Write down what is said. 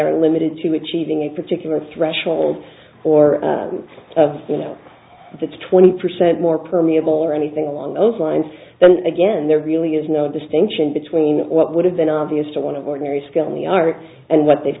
are limited to achieving a particular threshold or you know the twenty percent more permeable or anything along those lines then again there really is no distinction between what would have been obvious to one of ordinary skill in the art and what they've